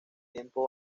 tiempo